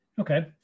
Okay